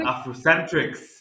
Afrocentrics